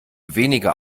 wenige